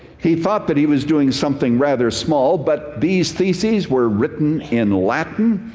he thought that he was doing something rather small, but these thesis were written in latin,